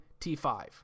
T5